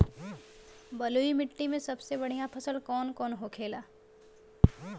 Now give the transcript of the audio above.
बलुई मिट्टी में सबसे बढ़ियां फसल कौन कौन होखेला?